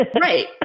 Right